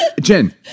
Jen